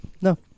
No